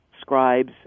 scribes